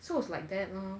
so it's like that lor